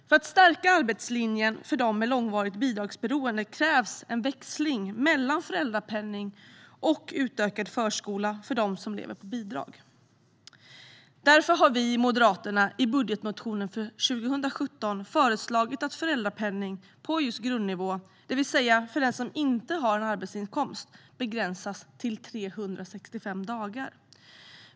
För att stärka arbetslinjen för dem med långvarigt bidragsberoende krävs en växling mellan föräldrapenning och utökad förskola för dem som lever på bidrag. Därför har vi i Moderaterna i budgetmotionen för 2017 föreslagit att föräldrapenning på grundnivå, det vill säga för den som inte har arbetsinkomst, begränsas till 365 dagar.